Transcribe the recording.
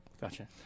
Gotcha